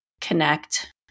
connect